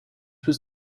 was